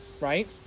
right